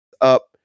up